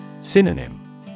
Synonym